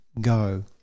go